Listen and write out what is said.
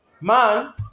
man